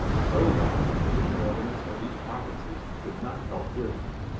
so loudly that the governors of these provinces could not help hearing them.